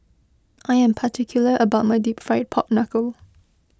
I am particular about my Deep Fried Pork Knuckle